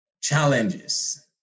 challenges